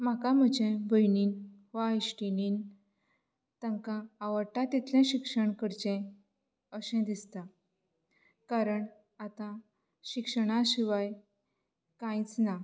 म्हाका म्हजे भयणीन वा इश्टिणीन तांकां आवडटा तितलें शिक्षण करचें अशें दिसता कारण आतां शिक्षणा शिवाय कांयच ना